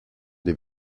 des